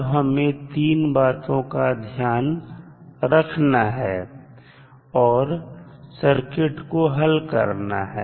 तब हमें 3 बातों का ध्यान रखना है और सर्किट को हल करना है